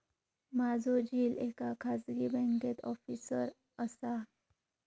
माझो झिल एका खाजगी बँकेत ऑफिसर असा